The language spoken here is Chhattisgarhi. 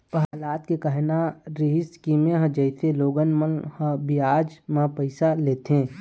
पहलाद के कहना रहय कि मेंहा जइसे लोगन मन ह बियाज म पइसा लेथे,